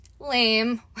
lame